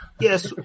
Yes